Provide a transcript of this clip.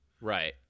Right